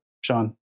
Sean